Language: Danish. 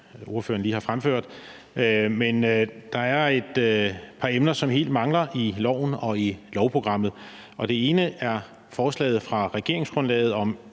ordføreren lige har fremført. Men der er et par emner, som helt mangler i lovforslaget og i lovprogrammet. Det ene er forslaget fra regeringsgrundlaget om